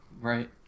Right